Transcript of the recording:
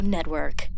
Network